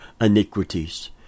iniquities